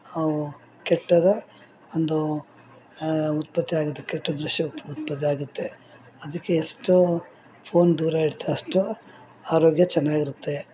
ಅವು ಕೆಟ್ಟದ ಒಂದು ಉತ್ಪತ್ತಿ ಆಗುತ್ತೆ ಕೆಟ್ಟ ದೃಶ್ಯ ಉತ್ಪತ್ತಿ ಆಗುತ್ತೆ ಅದಕ್ಕೆ ಎಷ್ಟು ಫೋನ್ ದೂರ ಇಡ್ತೀರಿ ಅಷ್ಟು ಆರೋಗ್ಯ ಚೆನ್ನಾಗಿರುತ್ತೆ